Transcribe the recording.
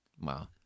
Wow